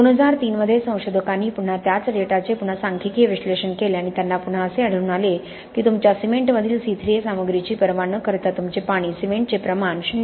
2003 मध्ये संशोधकांनी पुन्हा त्याच डेटाचे पुन्हा सांख्यिकीय विश्लेषण केले आणि त्यांना पुन्हा असे आढळून आले की तुमच्या सिमेंटमधील C3A सामग्रीची पर्वा न करता तुमचे पाणी सिमेंटचे प्रमाण 0